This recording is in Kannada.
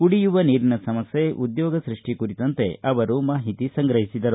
ಕುಡಿಯುವ ನೀರಿನ ಸಮಸ್ಥೆ ಉದ್ಯೋಗ ಸೃಷ್ಷಿ ಕುರಿತಂತೆ ಅವರು ಮಾಹಿತಿ ಸಂಗ್ರಹಿಸಿದರು